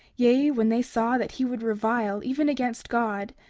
yea, when they saw that he would revile even against god,